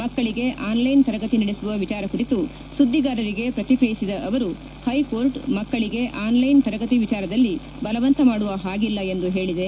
ಮಕ್ಕಳಿಗೆ online ತರಗತಿ ನಡೆಸುವ ವಿಚಾರ ಕುರಿತು ಸುದ್ದಿಗಾರರಿಗೆ ಪ್ರತಿಕ್ರಿಯಿಸಿದ ಅವರು ಹೈಕೋರ್ಟ್ ಮಕ್ಕಳಗೆ ಆನ್ಲೈನ್ ತರಗತಿ ವಿಚಾರದಲ್ಲಿ ಬಲವಂತ ಮಾಡುವ ಹಾಗಿಲ್ಲ ಎಂದು ಹೇಳದೆ